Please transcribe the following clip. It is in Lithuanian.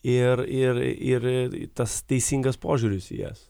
ir ir ir tas teisingas požiūris į jas